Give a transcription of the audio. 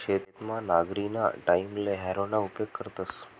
शेतमा नांगरणीना टाईमले हॅरोना उपेग करतस